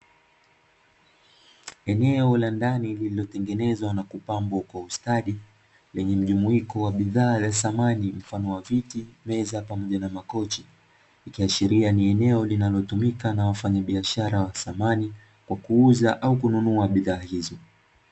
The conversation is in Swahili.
Eneo la ndani lililotengenezwa na kupambwa kwa ustadi, lenye mjumuiko wa bidhaa za samani mfano wa viti, meza pamoja na makochi. Likiashiria ni eneo linalotumika na wafanyabiashara wa samani, kuuza au kununua bidhaa hizo.